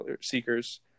seekers